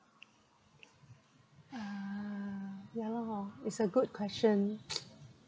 uh ya lor hor is a good question